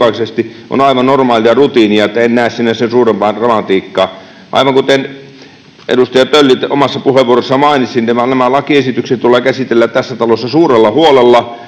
on aivan normaalia rutiinia. En näe siinä sen suurempaa dramatiikkaa. Aivan kuten edustaja Tölli omassa puheenvuorossaan mainitsi, nämä lakiesitykset tulee käsitellä tässä talossa suurella huolella